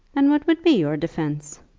and what would be your defence?